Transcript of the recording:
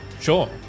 Sure